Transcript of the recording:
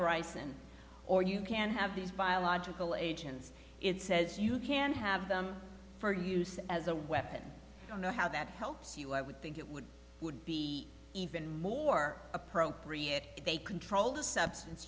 horizon or you can have these biological agents it says you can have them for use as a weapon i don't know how that helps you i would think it would would be even more appropriate if they control the substance